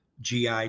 GI